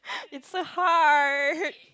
it's a heart